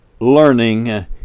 learning